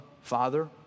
Father